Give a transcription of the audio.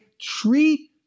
treat